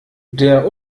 der